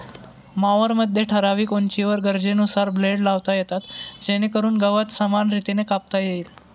मॉवरमध्ये ठराविक उंचीवर गरजेनुसार ब्लेड लावता येतात जेणेकरून गवत समान रीतीने कापता येईल